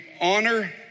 honor